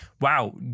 wow